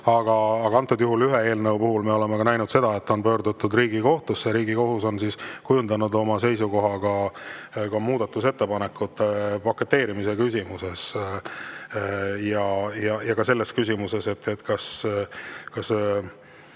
Aga ühe eelnõu puhul me oleme näinud seda, et on pöördutud Riigikohtusse ja Riigikohus on kujundanud oma seisukoha ka muudatusettepanekute paketeerimise küsimuses, samuti selles küsimuses, kas